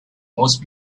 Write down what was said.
most